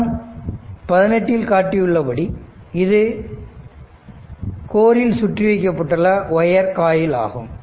படம் 18 இல் காட்டப்பட்டுள்ளவாறு இது கோரில் சுற்றி வைக்கப்பட்டுள்ள ஒயர் காயில் ஆகும்